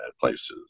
places